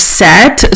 set